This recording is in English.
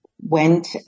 went